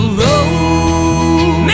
road